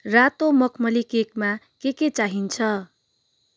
रातो मखमली केकमा के के चाहिन्छ